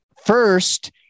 first